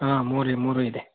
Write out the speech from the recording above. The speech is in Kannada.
ಹಾಂ ಮೂರೇ ಮೂರು ಇದೆ